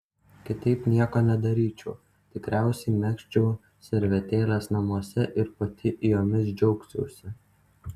kitaip nieko nedaryčiau tikriausiai megzčiau servetėles namuose ir pati jomis džiaugčiausi